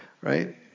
right